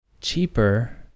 cheaper